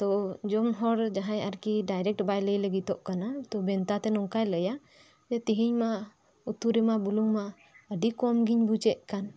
ᱛᱳ ᱡᱚᱢ ᱦᱚᱲ ᱡᱟᱦᱟᱭ ᱟᱨᱠᱤ ᱰᱟᱭᱨᱮᱠ ᱵᱟᱭ ᱞᱟᱹᱭ ᱞᱟᱹᱜᱤᱫᱚᱜ ᱠᱟᱱᱟ ᱛᱳ ᱵᱷᱮᱱᱛᱟ ᱛᱮ ᱱᱚᱝᱠᱟᱭ ᱞᱟᱹᱭᱟ ᱛᱤᱦᱤᱧ ᱢᱟ ᱩᱛᱩ ᱨᱮᱢᱟ ᱵᱩᱞᱩᱝ ᱢᱟ ᱟᱹᱰᱤ ᱠᱚᱢ ᱜᱮᱧ ᱵᱩᱡ ᱮᱫᱠᱟᱱ